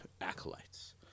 acolytes